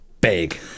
big